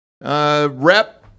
rep